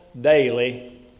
daily